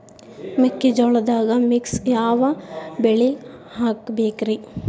ಮೆಕ್ಕಿಜೋಳದಾಗಾ ಮಿಕ್ಸ್ ಯಾವ ಬೆಳಿ ಹಾಕಬೇಕ್ರಿ?